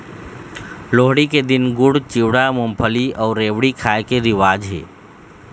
लोहड़ी के दिन गुड़, चिवड़ा, मूंगफली अउ रेवड़ी खाए के रिवाज हे